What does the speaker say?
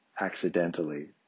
accidentally